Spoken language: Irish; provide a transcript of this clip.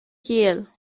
gael